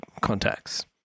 contacts